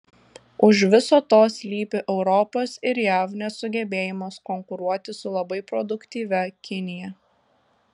už viso to slypi europos ir jav nesugebėjimas konkuruoti su labai produktyvia kinija